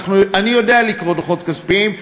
אני יודע לקרוא דוחות כספיים.